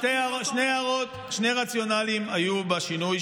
שני רציונלים היו בשינוי,